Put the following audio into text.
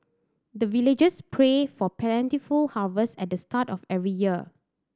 the villagers pray for plentiful harvest at the start of every year